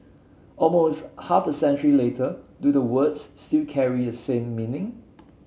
almost half a century later do the words still carry the same meaning